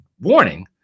warning